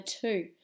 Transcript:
two